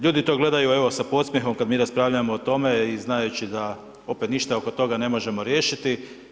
Ljudi to gledaju evo sa podsmjehom kada mi raspravljamo o tome i znajući da opet ništa oko toga ne možemo riješiti.